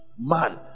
Man